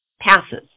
passes